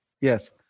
Yes